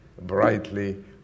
brightly